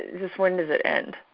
just when does it end?